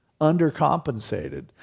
undercompensated